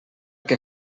que